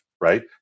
right